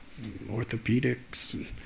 orthopedics